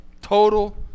Total